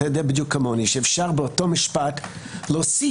אתה יודע בדיוק כמוני שאפשר באותו משפט להוסיף